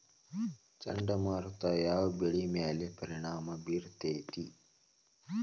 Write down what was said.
ಚಂಡಮಾರುತ ಯಾವ್ ಬೆಳಿ ಮ್ಯಾಲ್ ಪರಿಣಾಮ ಬಿರತೇತಿ?